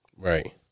Right